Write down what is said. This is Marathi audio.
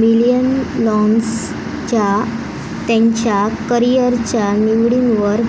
मिलेनियल्सना त्यांच्या करीयरच्या निवडींवर